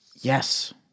Yes